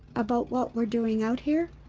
about what we're doing out here.